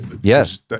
Yes